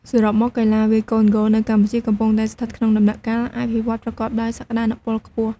សរុបមក កីឡាវាយកូនហ្គោលនៅកម្ពុជាកំពុងតែស្ថិតក្នុងដំណាក់កាលអភិវឌ្ឍន៍ប្រកបដោយសក្ដានុពលខ្ពស់។